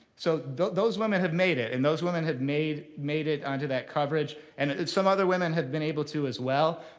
so those those women have made it and those women have made made it onto that coverage. and some other women have been able to, as well.